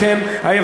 אתה נואם,